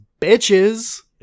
bitches